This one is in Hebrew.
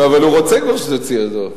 אבל הוא רוצה כבר שתוציא אותו.